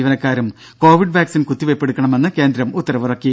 ജീവനക്കാരും covid vaccine കുത്തിവെയ്പ് എടുക്കണമെന്ന് കേന്ദ്രം ഉത്തരവിറക്കി